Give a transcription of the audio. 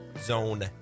Zone